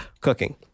cooking